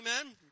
Amen